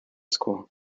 school